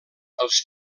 els